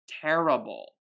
terrible